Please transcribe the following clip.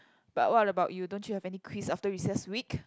but what about you don't you have any quiz after recess week